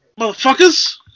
Motherfuckers